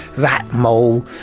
rat, mole,